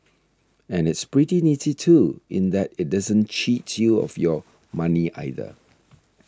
and it's pretty nifty too in that it doesn't cheat you of your money either